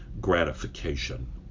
gratification